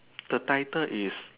the title is